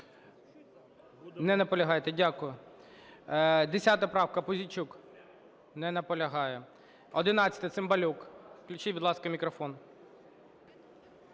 Дякую.